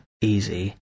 easy